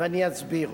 ואני אסביר.